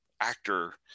actor